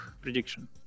prediction